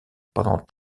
pendant